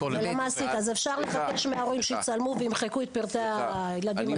אפשר לבקש מההורים שיצלמו וימחקו את פרטי הילדים האחרים.